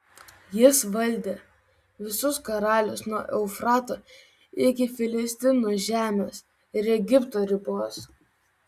jis valdė visus karalius nuo eufrato iki filistinų žemės ir egipto ribos